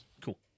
Cool